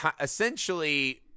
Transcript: essentially